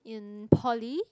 in poly